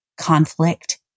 conflict